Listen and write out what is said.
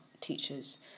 teachers